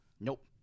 Nope